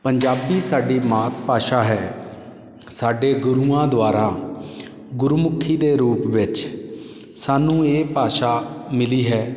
ਪੰਜਾਬੀ ਸਾਡੀ ਮਾਤ ਭਾਸ਼ਾ ਹੈ ਸਾਡੇ ਗੁਰੂਆਂ ਦੁਆਰਾ ਗੁਰਮੁਖੀ ਦੇ ਰੂਪ ਵਿੱਚ ਸਾਨੂੰ ਇਹ ਭਾਸ਼ਾ ਮਿਲੀ ਹੈ